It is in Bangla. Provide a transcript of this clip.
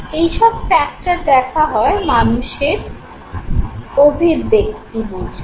এই সব ফ্যাক্টর দেখা হয় মানুষের আবেগ অভিব্যক্তি বুঝতে